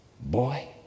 Boy